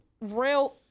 real